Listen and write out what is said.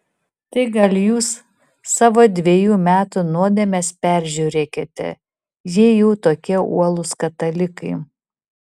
tai gal jūs savo dvejų metų nuodėmes peržiūrėkite jei jau tokie uolūs katalikai